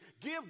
Give